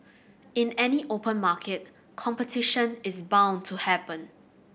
in any open market competition is bound to happen